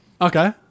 okay